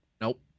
Nope